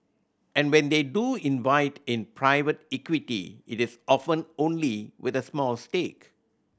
and when they do invite in private equity it is often only with a small stake